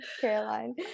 caroline